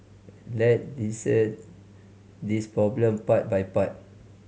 let's dissect this problem part by part